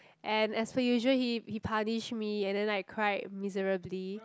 and as for usual he he punish me and then like cried miserably